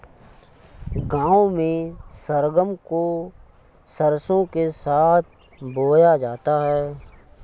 गांव में सरगम को सरसों के साथ बोया जाता है